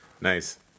Nice